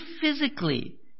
physically